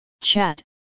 chat